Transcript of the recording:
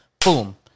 boom